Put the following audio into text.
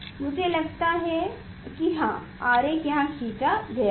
मुझे लगता है कि हाँ आरेख यहाँ खींचा गया है